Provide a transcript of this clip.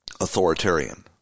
authoritarian